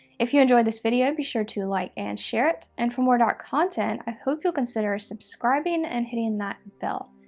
if you enjoyed this video be sure to like and share it, and for more dark content i hope you'll consider subscribing and hitting that bell.